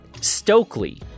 Stokely